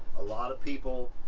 a lot of people,